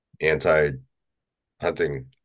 anti-hunting